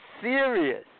serious